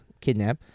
Kidnap